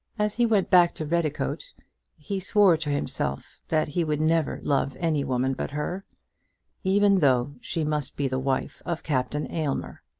as he went back to redicote, he swore to himself that he would never love any woman but her even though she must be the wife of captain aylmer.